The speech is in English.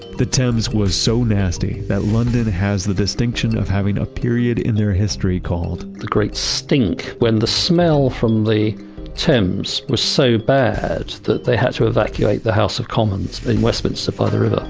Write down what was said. the thames was so nasty that london has the distinction of having a period in their history called, the great stink. when the smell from the thames was so bad that they had to evacuate the house of commons in westminster by ah the river